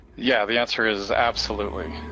yeah, the answer is absolutely.